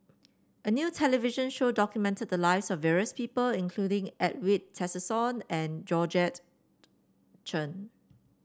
a new television show documented the lives of various people including Edwin Tessensohn and Georgette Chen